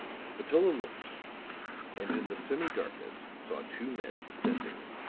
spatola looked and in the semi-darkness saw two men descending.